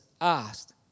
asked